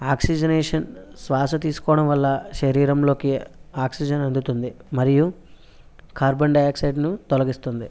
oxygenation విషయం శ్వాస తీసుకోవడం వల్ల శరీరంలోకి ఆక్సిజన్ అందుతుంది మరియు కార్బన్ డయాక్సైడ్ని తొలగిస్తుంది